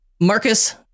marcus